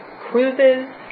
cruises